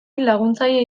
laguntzaile